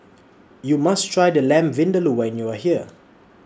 YOU must Try The Lamb Vindaloo when YOU Are here